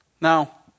Now